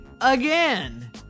again